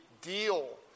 deal